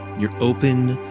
you're open,